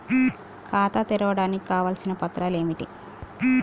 ఖాతా తెరవడానికి కావలసిన పత్రాలు ఏమిటి?